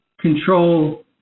control